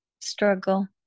struggle